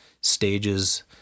stages